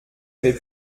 avait